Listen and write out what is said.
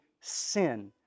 sin